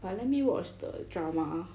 but let me watch the drama